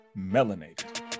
melanated